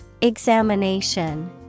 Examination